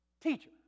Teacher